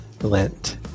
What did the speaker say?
lent